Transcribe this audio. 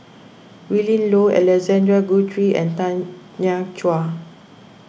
Willin Low Alexander Guthrie and Tanya Chua